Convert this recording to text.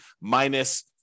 minus